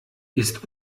ist